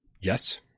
Yes